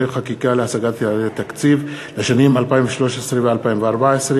חקיקה להשגת יעדי התקציב לשנים 2013 ו-2014),